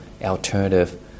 alternative